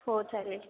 हो चालेल